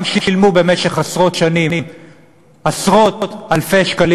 גם שילמו במשך עשרות שנים עשרות-אלפי שקלים